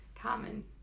common